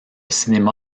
cinéma